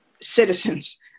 citizens